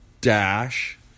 dash